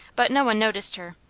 but no one noticed her.